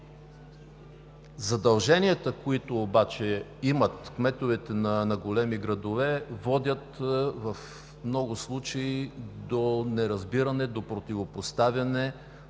Задълженията, които обаче имат кметовете на големите градове, водят в много случаи до неразбиране, противопоставяне,